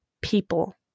people